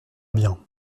bien